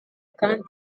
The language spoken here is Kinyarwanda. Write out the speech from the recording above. kandi